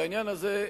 לעניין הזה,